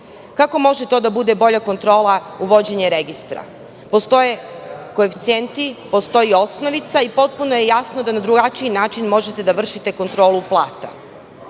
Kako može da bude to bolja kontrola, uvođenje registra? Postoje koeficijenti, postoji osnovica i potpuno je jasno da na drugačiji način možete da vršite kontrolu plata.